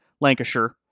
Lancashire